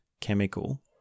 chemical